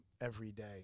everyday